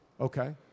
Okay